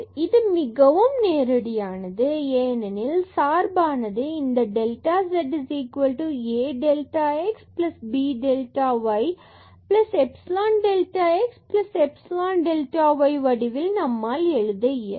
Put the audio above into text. இது மிகவும் நேரடியானது ஏனெனில் சார்பானது இந்த delta z a delta x b delta y epsilon delta x epsilon delta y வடிவில் நம்மால் எழுத இயலும்